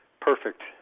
Perfect